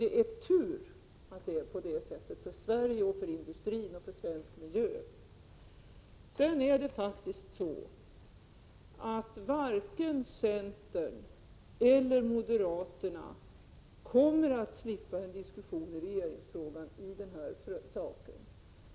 Det är tur att det är så — för Sverige, för industrin och för svensk miljö. Varken centern eller moderaterna kommer att slippa en diskussion om denna sak när det gäller regeringsfrågan.